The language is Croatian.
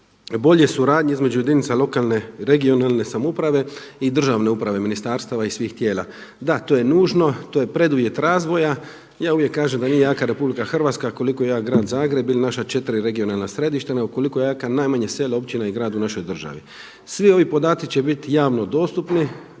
bolje suradnje između jedinica lokalne i regionalne samouprave i državne uprava i ministarstava i svih tijela. Da, to je nužno, to je preduvjet razvoja. Ja uvijek kažem da nije jaka RH koliko jedan grad Zagreb ili naša četiri regionalna središta, nego koliko je jaka najmanje selo, općina i grad u našoj državi. Svi ovi podaci će biti javno dostupni,